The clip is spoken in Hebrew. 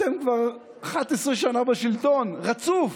אתם כבר 11 שנה בשלטון, רצוף.